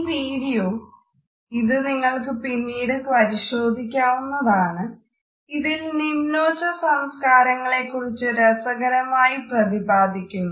ഈ വീഡിയോ ഇത് നിങ്ങൾക്ക് പിന്നീട് പരിശോധിക്കാവുന്നതാണ് ഇതിൽ നിമ്നോച്ച സംസ്കാരങ്ങളെക്കുറിച്ച് രസകരമായിത്തന്നെ പ്രതിപാദിക്കുന്നു